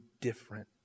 different